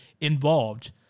involved